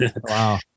Wow